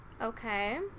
Okay